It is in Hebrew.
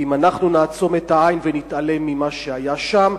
כי אם אנחנו נעצום את העין ונתעלם ממה שהיה שם,